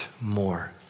more